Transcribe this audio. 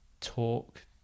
talk